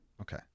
Okay